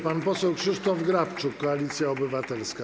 Pan poseł Krzysztof Grabczuk, Koalicja Obywatelska.